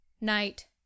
Night